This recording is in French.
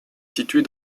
située